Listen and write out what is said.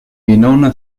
winona